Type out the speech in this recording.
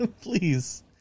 Please